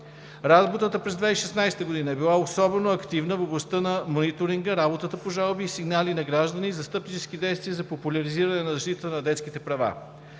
Работата през 2016 г. е била особено активна в областта на мониторинга, работата по жалби и сигнали на граждани, застъпнически действия за популяризиране и защита на детските права.